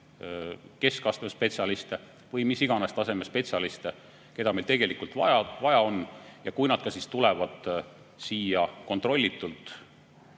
keskastme spetsialiste või mis iganes taseme spetsialiste, keda meil tegelikult vaja on, ja kui nad tulevad siia kontrollitult